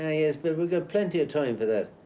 ah yes, but we've got plenty of time for that,